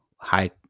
high